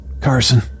carson